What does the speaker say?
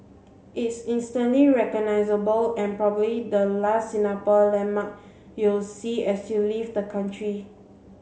it's instantly recognisable and probably the last Singapore landmark you'll see as you leave the country